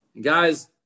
Guys